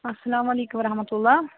اَسلامُ علیکُم وَ رحمتُہ اللہ